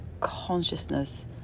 consciousness